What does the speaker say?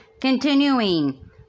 continuing